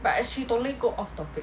but as she totally go off topic